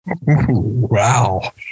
Wow